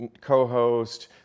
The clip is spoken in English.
co-host